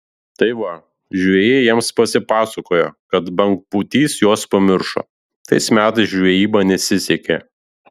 tai va žvejai jiems pasipasakojo kad bangpūtys juos pamiršo tais metais žvejyba nesisekė